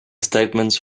statements